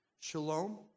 Shalom